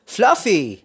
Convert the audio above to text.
Fluffy